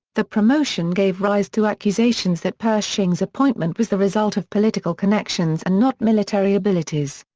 the promotion gave rise to accusations that pershing's appointment was the result of political connections and not military abilities.